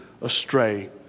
astray